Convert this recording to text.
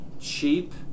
cheap